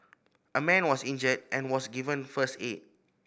a man was injured and was given first aid